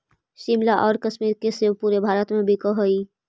शिमला आउ कश्मीर के सेब पूरे भारत में बिकऽ हइ